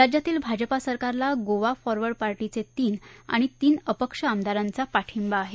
राज्यातील भाजपा सरकारला गोवा फॉर्वर्ड पार्श्वि तीन आणि तीन अपक्ष आमदारांचा पाठींबा आहे